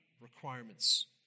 requirements